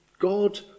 God